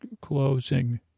closing